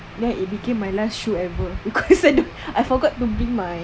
then it became my last shoe ever because I don't I forgot to bring my